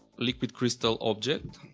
liquid crystal object.